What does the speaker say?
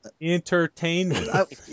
entertainment